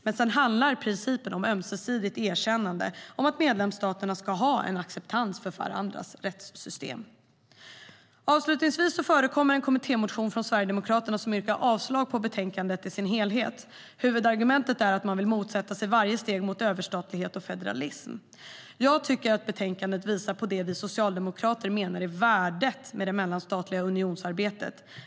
Men sedan handlar principen om ömsesidigt erkännande om att medlemsstaterna ska ha en acceptans för varandras rättssystem. Avslutningsvis förekommer det en kommittémotion från Sverigedemokraterna. Man yrkar avslag på utskottets förslag i betänkandet i sin helhet. Huvudargumentet är att man vill motsätta sig varje steg mot överstatlighet och federalism. Jag tycker att utskottets förslag i betänkandet visar på det som vi socialdemokrater menar är värdet med det mellanstatliga unionsarbetet.